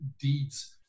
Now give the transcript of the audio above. Deeds